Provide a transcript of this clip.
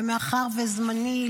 ומאחר שזמני,